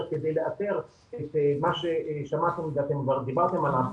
כדי לאתר את מה ששמעתם וכבר דיברתם עליו,